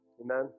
Amen